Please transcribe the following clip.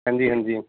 ਹਾਂਜੀ ਹਾਂਜੀ